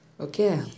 Okay